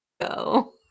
go